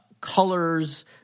colors